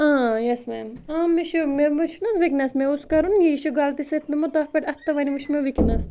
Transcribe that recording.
یَس میم مےٚ چھُ مےٚ وُچھ نہَ حظ وُنکٮ۪نَس مےٚ اوس کَرُن یہِ چھُ غلطی سٍتۍ گوٚمُت تَتھ پؠٹھ اَتھ پٮ۪ٹھ وۅنۍ وُچھ مےٚ وُنکیٚنَس